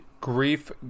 Grief